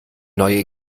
neue